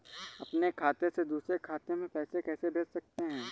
अपने खाते से दूसरे खाते में पैसे कैसे भेज सकते हैं?